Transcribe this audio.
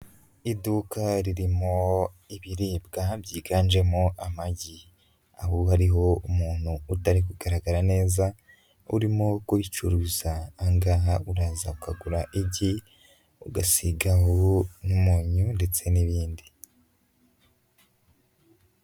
Iduka ririmo ibiribwa byiganjemo amagi. Aho hariho umuntu utari kugaragara neza urimo kubicuruza. Aha ngaha uraza ukagura igi, ugasigaho umunyu ndetse n'ibindi.